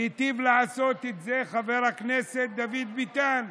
היטיב לעשות את זה חבר הכנסת דוד ביטן.